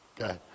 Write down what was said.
Okay